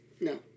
No